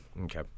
Okay